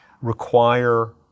require